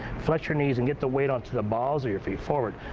flex your knees and get the weight onto the balls of your feet, forward.